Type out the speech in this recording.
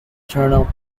turnout